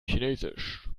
chinesisch